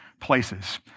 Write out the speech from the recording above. places